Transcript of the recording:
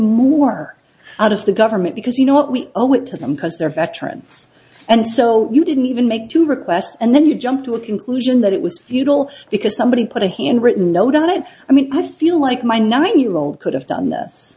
more out of the government because you know what we owe it to them because they're veterans and so you didn't even make two requests and then you jumped to a conclusion that it was futile because somebody put a hand written note on it i mean i feel like my nine year old could have done this